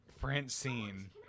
francine